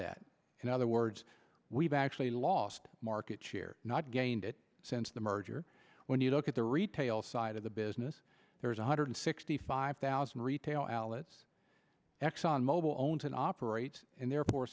that in other words we've actually lost market share not gained it since the merger when you look at the retail side of the business there's one hundred sixty five thousand retail outlets exxon mobil owns and operates and therefore